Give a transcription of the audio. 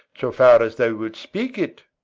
so far as thou wilt speak it.